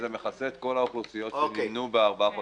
זה מכסה את כל האוכלוסיות שנמנו בארבעה חודשים?